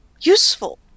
Useful